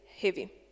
heavy